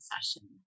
session